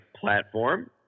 platform